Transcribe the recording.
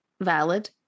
valid